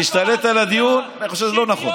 להשתלט על הדיון, אני חושב שזה לא נכון.